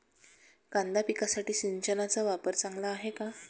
कांदा पिकासाठी सिंचनाचा वापर चांगला आहे का?